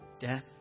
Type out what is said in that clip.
Death